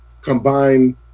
combine